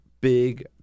big